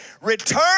Return